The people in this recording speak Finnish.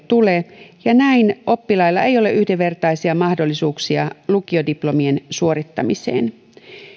tule ja näin oppilailla ei ole yhdenvertaisia mahdollisuuksia lukiodiplomien suorittamiseen